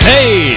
Hey